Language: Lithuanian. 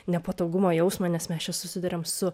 nepatogumo jausmą nes mes čia susiduriam su